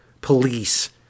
police